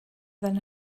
than